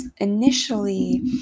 initially